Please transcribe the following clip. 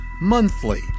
monthly